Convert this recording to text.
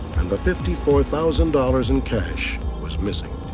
and the fifty four thousand dollars in cash was missing.